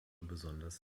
besonders